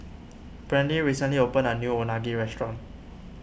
Brantley recently opened a new Unagi restaurant